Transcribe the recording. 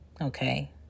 okay